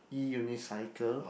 E-unicycle